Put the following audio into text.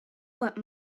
what